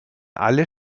alle